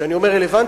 כשאני אומר רלוונטי,